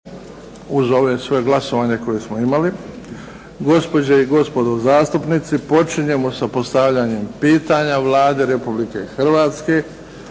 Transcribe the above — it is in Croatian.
**Bebić, Luka (HDZ)** Gospođe i gospodo zastupnici, počinjemo sa postavljanjem pitanja Vladi Republike Hrvatske